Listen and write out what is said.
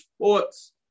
sports